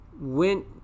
went